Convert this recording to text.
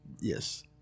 Yes